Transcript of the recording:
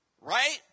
Right